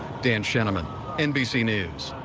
dan scheneman nbc news.